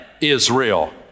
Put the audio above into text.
Israel